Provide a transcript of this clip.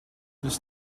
this